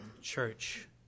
church